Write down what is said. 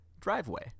driveway